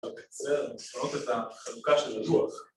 ‫???, לשנות את החלוקה של הדוח.